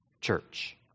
church